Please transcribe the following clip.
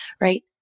right